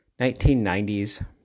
1990s